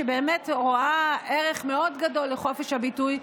שבאמת רואה ערך מאוד גדול לחופש הביטוי,